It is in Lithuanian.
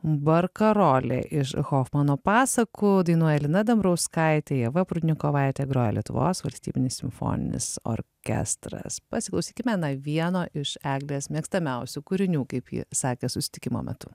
barkarolė iš hofmano pasakų dainuoja lina dambrauskaitė ieva prudnikovaitė groja lietuvos valstybinis simfoninis orkestras pasiklausykime na vieno iš eglės mėgstamiausių kūrinių kaip ji sakė susitikimo metu